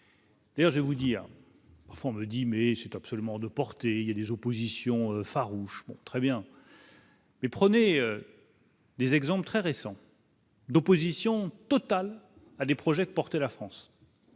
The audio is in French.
R : je vais vous dire parfois on me dit mais c'est absolument de portée il y a des oppositions farouches très bien. Mais prenez des exemples très récents. L'opposition totale à des projets, la France.